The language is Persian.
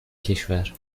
کشور